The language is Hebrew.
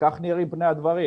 וכך נראים פני הדברים.